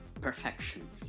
perfection